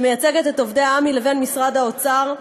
שמייצגת את עמ"י, לבין משרד האוצר,